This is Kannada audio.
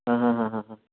ಹಾಂ ಹಾಂ ಹಾಂ ಹಾಂ